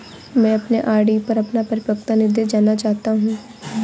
मैं अपने आर.डी पर अपना परिपक्वता निर्देश जानना चाहता हूं